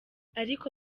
ariko